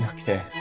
Okay